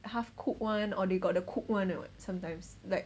half cooked one or they got the cooked one what sometimes like